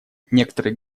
некоторые